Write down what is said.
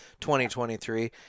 2023